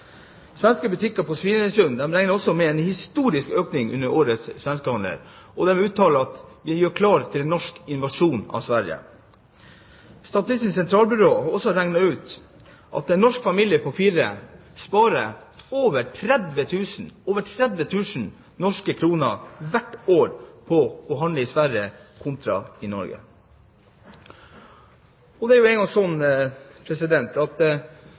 Svenske butikker på Svinesund regner med en historisk økning under årets svenskehandel. De uttaler: Vi gjør oss klare til norsk invasjon i Sverige. Statistisk sentralbyrå har regnet ut at en norsk familie på fire sparer over 30 000 – over 30 000 – norske kroner hvert år på å handle i Sverige kontra i Norge. Det er jo engang sånn at